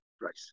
price